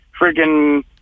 friggin